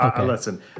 Listen